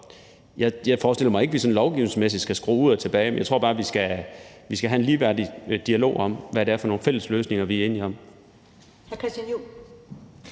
jeg forestiller mig ikke, at vi sådan lovgivningsmæssigt skal skrue det tilbage, men jeg tror bare, vi skal have en ligeværdig dialog om, hvad det er for nogle fælles løsninger, vi er enige om.